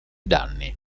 danni